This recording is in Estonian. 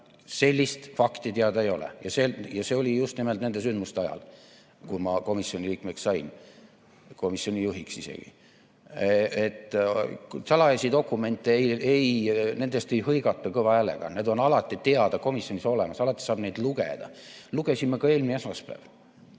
sellist fakti teada ei ole. See oli just nimelt nende sündmuste ajal, kui ma komisjoni liikmeks sain, komisjoni juhiks isegi. Salajastest dokumentidest ei hõigata kõva häälega, need on alati teada, need on komisjonis olemas, alati saab neid lugeda. Lugesime ka eelmine esmaspäev.